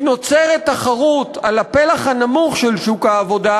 כי נוצרת תחרות על הפלח הנמוך של שוק העבודה,